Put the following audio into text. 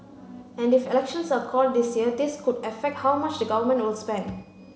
and if elections are called this year this could affect how much the Government will spend